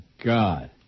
God